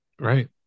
Right